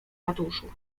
ratuszu